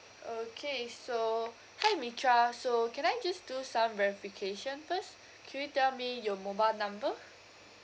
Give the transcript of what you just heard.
okay so hi mithra so can I just do some verification first can you tell me your mobile number